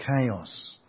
chaos